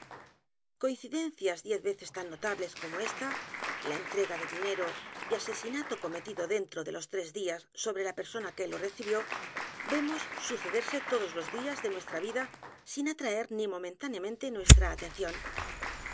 coincidencias diez veces tan notables como ésta la entrega de dinero y asesinato cometido dentro los crímenes de la calle morgue de los tres días sobre la persona que lo recibió vemos sucederse todos los días de n u e s t r a vida sin a t r a e r ni momentáneamente nuestra atención